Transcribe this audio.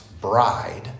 bride